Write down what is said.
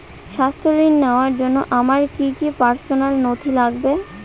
স্বাস্থ্য ঋণ নেওয়ার জন্য আমার কি কি পার্সোনাল নথি লাগবে?